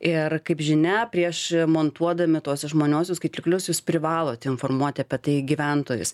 ir kaip žinia prieš montuodami tuos išmaniuosius skaitiklius jūs privalot informuoti apie tai gyventojus